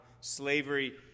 slavery